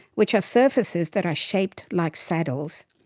which are surfaces that are shaped like saddles.